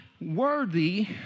worthy